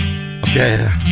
Okay